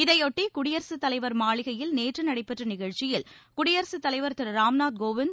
இதையொட்டி குடியரசுத் தலைவர் மாளிகையில் நேற்று நடைபெற்ற நிகழ்ச்சியில் குடியரசுத் தலைவர் திரு ராம்நாத் கோவிந்த்